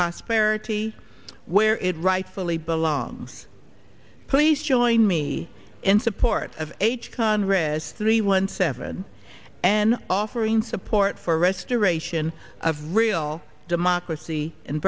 prosperity where it rightfully belongs please join me in support of h con read the length seven and offering support for restoration of real democracy in